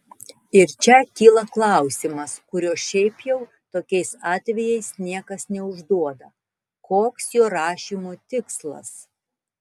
ir čia kyla klausimas kurio šiaip jau tokiais atvejais niekas neužduoda koks jo rašymo tikslas